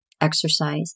exercise